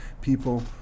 people